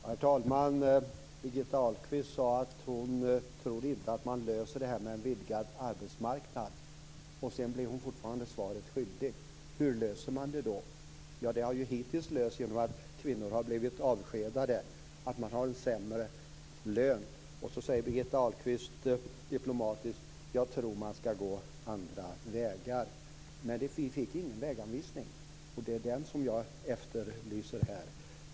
Herr talman! Birgitta Ahlqvist sade att hon inte trodde att man kan lösa problemet med en vidgad arbetsmarknad. Sedan blev hon fortfarande svaret skyldig. Hur löser man det då? Det har hittills lösts genom att kvinnor har blivit avskedade och har en sämre lön. Birgitta Ahlqvist säger diplomatiskt: Jag tror att man skall gå andra vägar. Men vi fick ingen väganvisning. Det är den som jag efterlyser här.